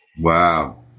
wow